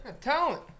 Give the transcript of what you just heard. Talent